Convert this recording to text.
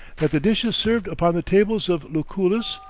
that the dishes served upon the tables of lucullus,